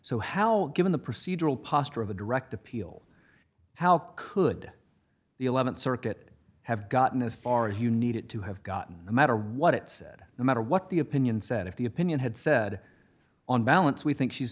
how given the procedural posture of a direct appeal how could the th circuit have gotten as far as you needed to have gotten no matter what it said no matter what the opinion said if the opinion had said on balance we think she's